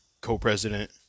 co-president